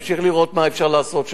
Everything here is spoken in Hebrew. ונמשיך לראות מה אפשר לעשות.